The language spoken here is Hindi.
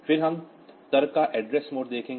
फिर हम तर्क का एड्रेस मोड देखेंगे